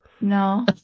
no